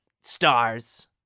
stars